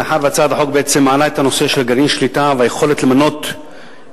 מאחר שהצעת החוק מעלה את הנושא של גרעין שליטה והיכולת למנות דירקטורים,